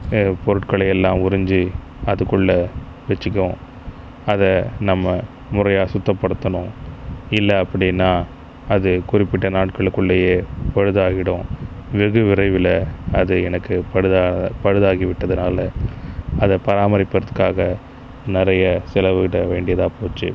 பொருட்களை எல்லாம் உறிஞ்சி அதுக்குள்ளே வைச்சிக்கும் அதை நம்ம முறையாக சுத்தப்படுத்தணும் இல்லை அப்படினா அது குறிப்பிட்ட நாட்களுக்குள்ளேயே பழுதாகிடும் வெகு விரைவில் அது எனக்கு பழுது பழுதாகிவிட்டதினால அதை பராமரிப்பதற்காக நிறைய செலவிட வேண்டியதாக போச்சு